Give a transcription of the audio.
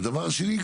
והדבר השני,